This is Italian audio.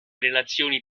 relazioni